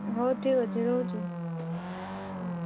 ହଉ ଠିକ୍ ଅଛି ରହୁଛି